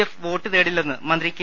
F vote തേടില്ലെന്ന് മന്ത്രി K